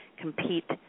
compete